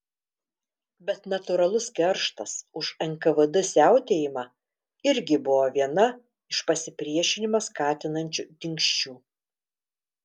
bet natūralus kerštas už nkvd siautėjimą irgi buvo viena iš pasipriešinimą skatinančių dingsčių